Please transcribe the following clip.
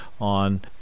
on